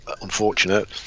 unfortunate